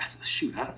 shoot